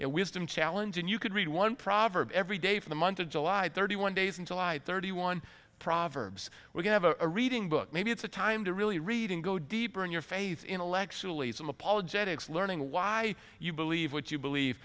it wisdom challenge and you can read one proverb every day for the month of july thirty one days in july thirty one proverbs we're going have a reading book maybe it's a time to really read and go deeper in your faith intellectually some apologetics learning why you believe what you believe